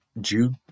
Jude